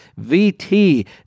VT